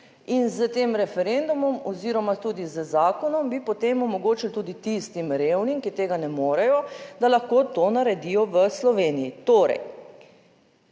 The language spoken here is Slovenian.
in s tem referendumom oziroma tudi z zakonom bi potem omogočili tudi tistim revnim, ki tega ne morejo, da lahko to naredijo v Sloveniji.